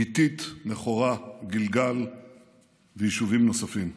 גיתית, מכורה, גלגל ויישובים נוספים.